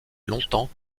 longtemps